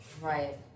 Right